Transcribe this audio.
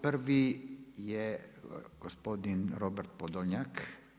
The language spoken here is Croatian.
Prvi je gospodin Robert Podolnjak.